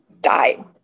died